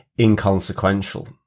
inconsequential